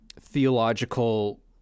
theological